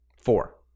Four